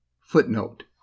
Footnote